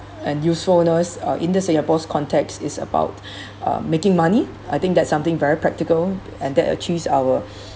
and usefulness uh in the singapore's context is about um making money I think that's something very practical and that achieves our